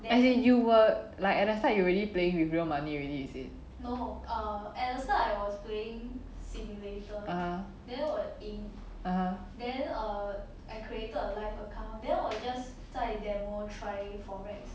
as in you were like at the start you already playing with real money already is it ah ah